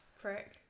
prick